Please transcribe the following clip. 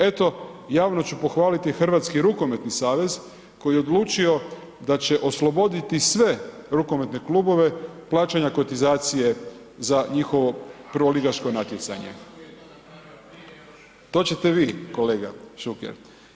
Eto, javno ću pohvaliti Hrvatski rukometni savez koji je odlučio da će osloboditi sve rukometne klubove plaćanja kotizacije za njihovo prvoligaško natjecanje. ... [[Upadica se ne čuje.]] To ćete vi kolega Šuker.